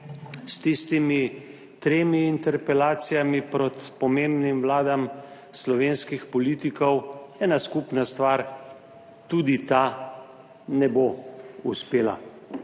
s tistimi tremi interpelacijami proti pomembnim vladam slovenskih politikov, ena skupna stvar, tudi ta ne bo uspela.